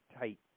tight